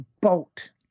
boat